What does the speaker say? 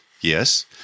Yes